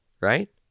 right